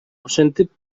ошентип